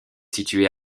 située